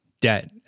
debt